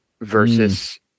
versus